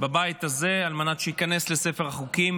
בבית הזה על מנת שייכנס לספר החוקים.